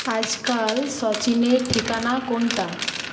আজকাল সচিনের ঠিকানা কোনটা